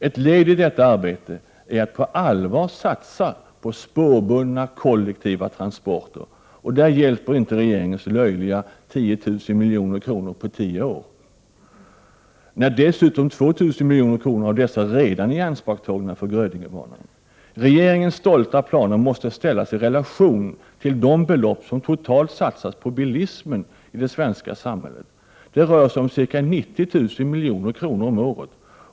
Ett led i detta arbete är att på allvar satsa på spårbundna kollektiva transporter, och då hjälper inte regeringens löjliga 10 000 milj.kr. på tio år när dessutom 2 000 milj.kr. av dessa redan är ianspråktagna för Grödingebanan. Regeringens stolta planer måste ställas i relation till de belopp som totalt satsas på bilismen i det svenska samhället. Det rör sig om ca 90 000 milj.kr. per år.